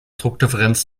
druckdifferenz